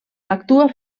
actua